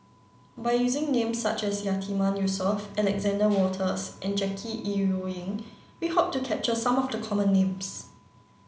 by using names such as Yatiman Yusof Alexander Wolters and Jackie Yi Ru Ying we hope to capture some of the common names